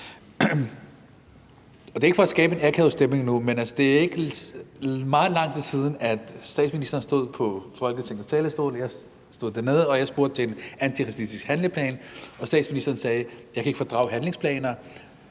Det er ikke for at skabe en akavet stemning nu, men det er ikke meget lang tid siden, at statsministeren stod på Folketingets talerstol, mens jeg stod dernede og spurgte til en antiracistisk handleplan, og statsministeren sagde: Jeg kan ikke fordrage handlingsplaner.